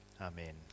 Amen